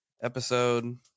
episode